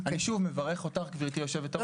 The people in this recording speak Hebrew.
אני שוב מברך אותך, גברתי יושבת-הראש.